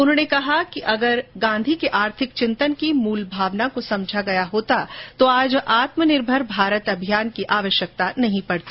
उन्होंने कहा कि अगर गांधी के आर्थिक चिंतन की मूल भावना को समझा गया होता तो आज आत्मनिर्भर भारत अभियान की आवश्यकता ही नहीं पड़ती